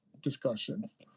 discussions